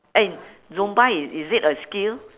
eh zumba is is it a skill